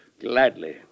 Gladly